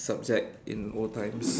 subject in old times